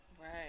Right